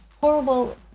horrible